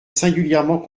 singulièrement